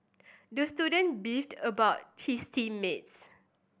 the student beefed about his team mates